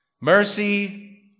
Mercy